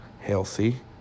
healthy